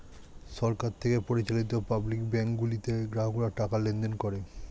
সরকার থেকে পরিচালিত public bank গুলোতে গ্রাহকরা টাকা লেনদেন করে